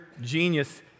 genius